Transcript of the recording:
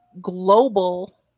global